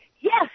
Yes